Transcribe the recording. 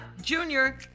Junior